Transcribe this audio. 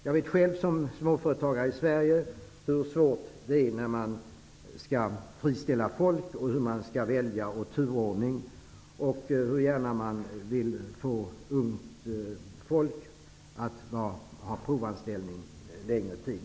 Jag vet själv som småföretagare i Sverige hur svårt det är med turordningen och vem man skall välja när man skall friställa folk och hur gärna man vill provanställa ungt folk under längre tid.